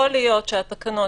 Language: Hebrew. מן הסתם התקנות